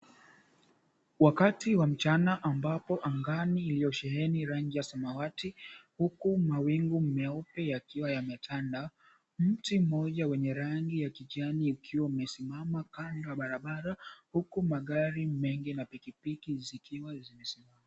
Wakati wa mchana, ambapo angani iliyosheheni rangi ya samawati, huku mawingu meupe yakiwa yametanda. Mti mmoja wenye rangi ya kijani ukiwa umesimama kando ya barabara, huku magari mengi na pikipiki zikiwa zimesimama.